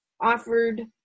offered